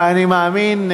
ואני מאמין,